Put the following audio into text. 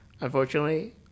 unfortunately